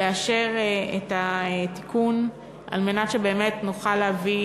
לאשר את התיקון כדי שבאמת נוכל להביא